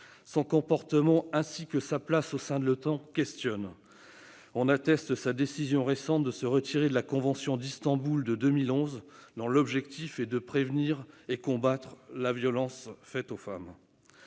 est préoccupante. Sa place au sein de l'OTAN questionne. En atteste sa décision récente de se retirer de la convention d'Istanbul de 2011, dont l'objectif est de prévenir et combattre la violence faite aux femmes.